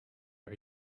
are